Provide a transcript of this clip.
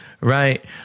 Right